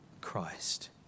Christ